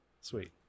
Sweet